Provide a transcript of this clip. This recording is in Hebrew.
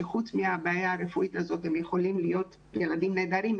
שחוץ מהבעיה הרפואית הזאת הם יכולים להיות ילדים נהדרים,